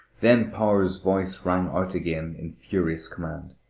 then power's voice rang out again in furious command.